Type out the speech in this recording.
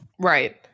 Right